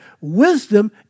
wisdom